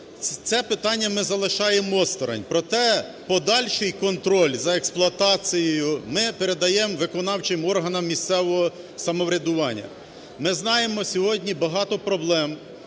Це питання ми залишаємо осторонь, проте подальший контроль за експлуатацією ми передаємо виконавчим органам місцевого самоврядування. Ми знаємо сьогодні багато проблем,